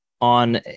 on